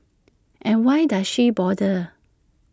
and why does she bother